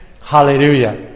Hallelujah